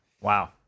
Wow